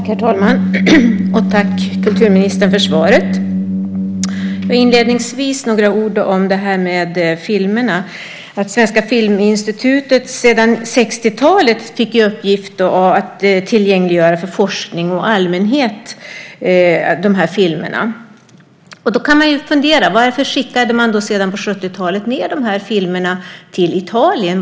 Herr talman! Tack för svaret, kulturministern! Jag ska inledningsvis säga några ord om filmerna. Svenska Filminstitutet fick på 60-talet i uppgift att tillgängliggöra de här filmerna för forskning och allmänhet. Då kan man fundera: Varför skickades de här filmerna ned till Italien på 70-talet?